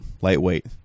lightweight